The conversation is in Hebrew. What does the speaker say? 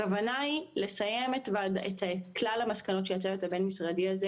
הכוונה היא לסיים את כלל המסקנות של הצוות הבין משרדי הזה